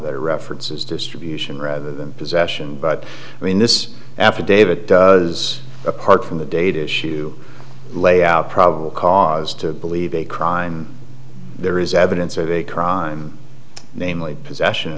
that references distribution rather than possession but in this affidavit does apart from the data issue layout probable cause to believe a crime there is evidence of a crime namely possession